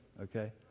okay